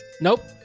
nope